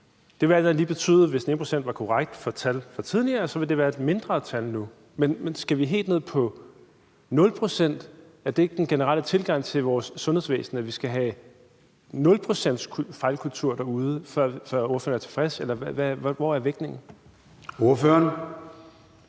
Det vil alt andet lige betyde, at hvis den ene procent var korrekt i forhold til tal for tidligere, så vil det være et mindre tal nu. Men skal vi helt ned på 0 pct.? Er det den generelle tilgang til vores sundhedsvæsen, at vi skal have en nulprocentsfejlkultur derude, før ordføreren er tilfreds? Eller hvor er vægtningen? Kl.